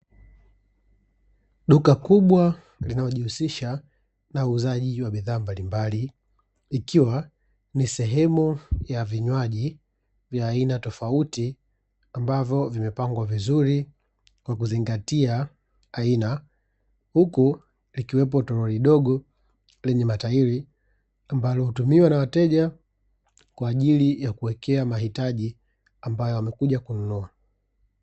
Duka kubwa linalojihusisha na uuzaji wa bidhaa mbalimbali ikiwa ni sehemu ya vinywaji vya aina tofauti ambavyo vimepangwa vizuri kwa kuzingatia aina, huku likiwepo toroli dogo lenye matairi ambalo hutumika na wateja kwa ajili ya kuwekea mahitaji ambayo wanakuja kununua.